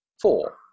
four